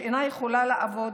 שאיננה יכולה לעבוד.